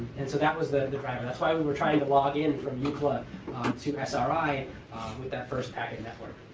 and so that was the the driver. that's why we were trying to log in from yeah ucla to sri with that first packet network.